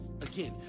Again